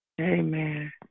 Amen